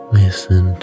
listen